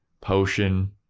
potion